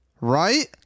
Right